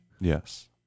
Yes